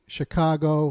Chicago